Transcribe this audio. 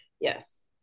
yes